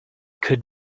could